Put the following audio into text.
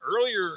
earlier